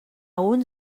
uns